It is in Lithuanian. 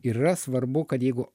ir yra svarbu kad jeigu